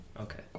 Okay